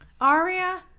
Aria